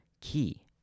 key